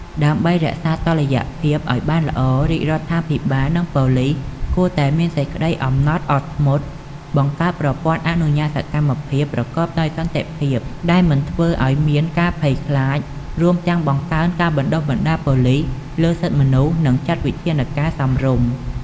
ដើម្បីរក្សាតុល្យភាពអោយបានល្អ រាជរដ្ឋាភិបាល និងប៉ូលិសគួរតែមានសេចក្ដីអំណត់អត់ធ្មត់ បង្កើតប្រព័ន្ធអនុញ្ញាតសកម្មភាពប្រកបដោយសន្តិភាពដែលមិនធ្វើអោយមានការភ័យខ្លាច រួមទាំងបង្កើនការបណ្តុះបណ្តាលប៉ូលិសលើសិទ្ធិមនុស្ស និងចាត់វិធានការសមរម្យ។